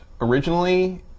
originally